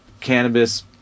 cannabis